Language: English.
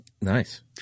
nice